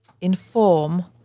inform